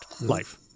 life